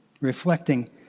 reflecting